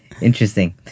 Interesting